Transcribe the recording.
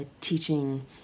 teaching